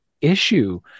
issue